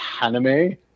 anime